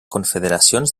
confederacions